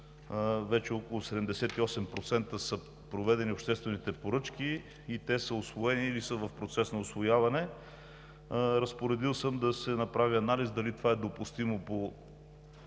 вече за около 78% са проведени обществени поръчки и те са усвоени или са в процес на усвояване – разпоредил съм да се направи анализ дали това е допустимо по